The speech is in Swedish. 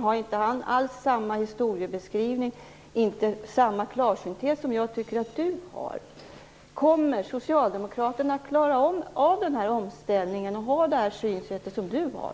och han gjorde inte alls samma historieskrivning och hade inte alls den klarsynthet som jag tycker att Widar Andersson har. Jag vill därför fråga: Kommer Socialdemokraterna att klara av den här omställningen och att ha det synsätt som du har?